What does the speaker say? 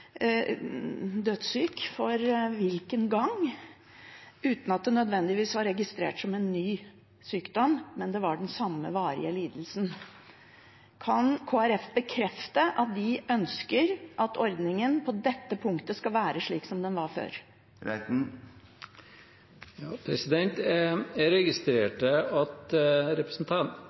for hvilken gang – uten at det nødvendigvis var registrert som en ny sykdom, men at det var den samme, varige lidelsen. Kan Kristelig Folkeparti bekrefte at de ønsker at ordningen på dette punktet skal være slik som den var før? Jeg registrerte at